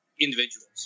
individuals